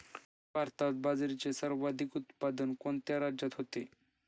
भारतात बाजरीचे सर्वाधिक उत्पादन कोणत्या राज्यात होते?